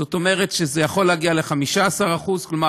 זאת אומרת שזה יכול להגיע ל-15% כלומר